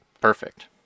Perfect